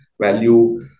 value